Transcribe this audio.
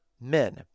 men